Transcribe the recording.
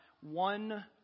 one